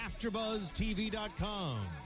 AfterbuzzTV.com